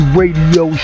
radio